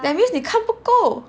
that means 你看不够